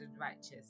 righteous